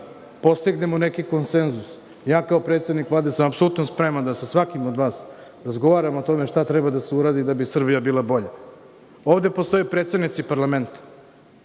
postignemo neki konsenzus. Kao predsednik Vlade sam apsolutno spreman da sa svakim od vas razgovaram o tome šta treba da se uradi da bi Srbija bila bolja. Ovde postoje predsednici parlamenta.